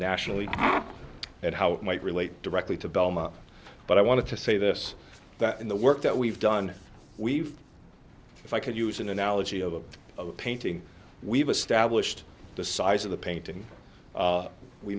nationally and how it might relate directly to belmont but i want to say this that in the work that we've done we've if i could use an analogy of a painting we've established the size of the painting